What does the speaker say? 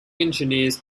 engineers